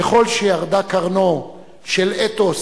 ככל שירדה קרנו של אתוס